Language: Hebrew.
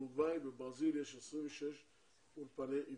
באורוגואי ובברזיל יש 26 אולפני עברית.